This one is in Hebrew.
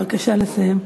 בבקשה לסיים.